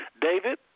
David